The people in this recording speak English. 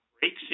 breaks